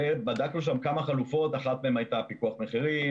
בדקנו שם כמה חלופות כאשר אחת מהן הייתה פיקוח מחירים,